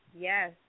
Yes